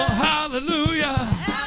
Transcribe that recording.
hallelujah